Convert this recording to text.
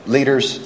leaders